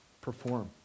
perform